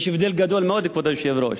יש הבדל גדול מאוד, כבוד היושב-ראש.